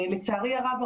לצערי הרב,